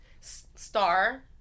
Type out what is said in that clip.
star